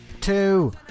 Two